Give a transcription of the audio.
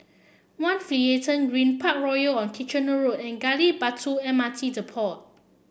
One Finlayson Green Parkroyal on Kitchener Road and Gali Batu M R T Depot